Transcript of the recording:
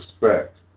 respect